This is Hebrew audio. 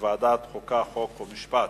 לוועדת החוקה, חוק ומשפט